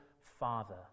Father